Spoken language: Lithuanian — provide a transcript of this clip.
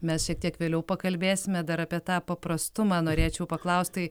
mes šiek tiek vėliau pakalbėsime dar apie tą paprastumą norėčiau paklaust tai